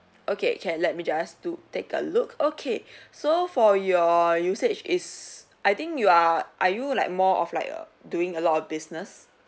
okay can let me just do take a look okay so for your usage is I think you are are you like more of like err doing a lot of business